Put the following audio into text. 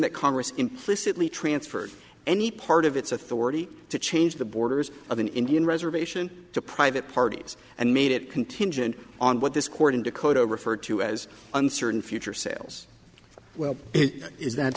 that congress implicitly transferred any part of its authority to change the borders of an indian reservation to private parties and made it contingent on what this court in dakota referred to as uncertain future sales well is that